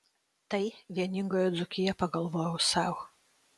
tai vieningoji dzūkija pagalvojau sau